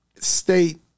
State